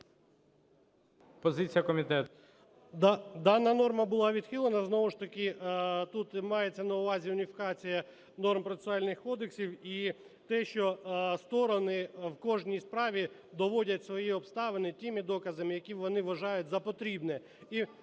Дана норма була відхилена. Знову ж таки, тут мається на увазі уніфікація норм процесуальних кодексів і те, що сторони в кожній справі доводять свої обставини тими доказами, які вони вважають за потрібне.